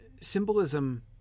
symbolism